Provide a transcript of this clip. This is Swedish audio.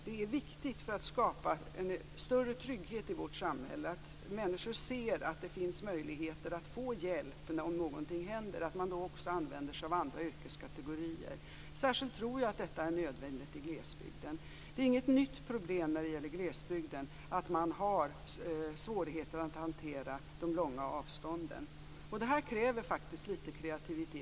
Det är viktigt för att skapa en större trygghet i vårt samhälle, att människor ser att det finns möjligheter att få hjälp om någonting händer, att man också använder sig av andra yrkeskategorier. Särskilt tror jag att detta är nödvändigt i glesbygden. Det är inget nytt problem när det gäller glesbygden att man har svårigheter att hantera de långa avstånden. Det här kräver lite kreativitet.